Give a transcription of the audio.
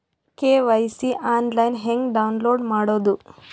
KYC online ಹೆಂಗ್ download ಮಾಡೋದು?